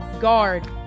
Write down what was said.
guard